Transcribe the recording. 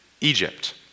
Egypt